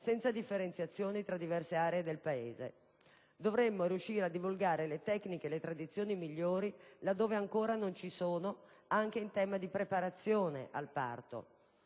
senza differenziazioni tra diverse aree del Paese. Dovremmo riuscire a divulgare le tecniche e le tradizioni migliori laddove ancora non ci sono, anche in tema di preparazione al parto.